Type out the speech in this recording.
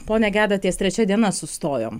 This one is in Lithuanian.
pone geda ties trečia diena sustojom